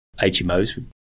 HMOs